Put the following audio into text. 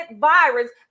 virus